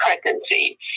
pregnancy